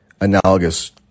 analogous